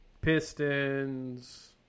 Pistons